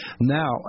now